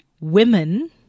women